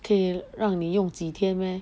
可以让你用几天 meh